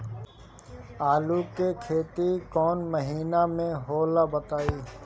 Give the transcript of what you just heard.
आलू के खेती कौन महीना में होला बताई?